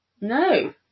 No